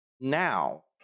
Now